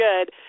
good